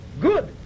good